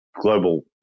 global